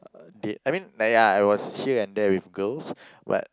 date I mean like ya I was here and there with girls but